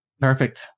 Perfect